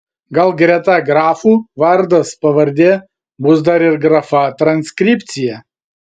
gal greta grafų vardas pavardė bus dar ir grafa transkripcija